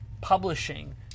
publishing